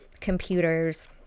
computers